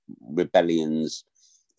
rebellions